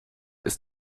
ist